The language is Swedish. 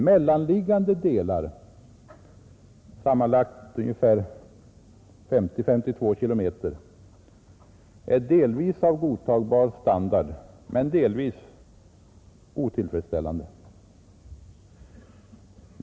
Mellanliggande delar, 52 kilometer, är delvis av godtagbar standard, men delvis otillfredsställande.